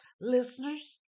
listeners